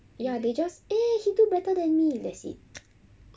ya they just eh he do better than me that's it